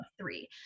three